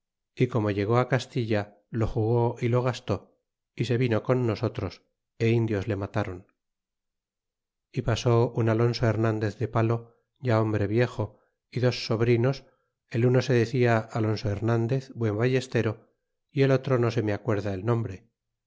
y como llegó castilla lo jugó y lo gastó y se vino con nosotros é indios le matáron y pasó un alonso hernandez de palo ya hombre viejo y dos sobrinos el uno se decia alonso hernandez buen ballestero y el otro no se me acuerda el nombre